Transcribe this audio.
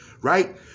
right